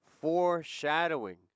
foreshadowing